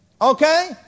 Okay